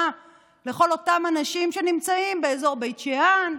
לכל אותם אנשים שנמצאים באזור בית שאן?